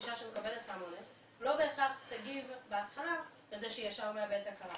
אישה שמקבלת סם אונס לא בהכרח תגיב בהתחלה בזה שהיא ישר מאבדת הכרה.